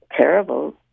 terrible